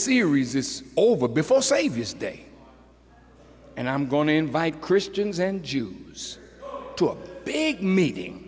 series is over before saviors day and i'm going to invite christians and jews to a big meeting